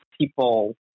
people